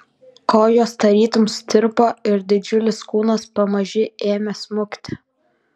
kojos tarytum sutirpo ir didžiulis kūnas pamaži ėmė smukti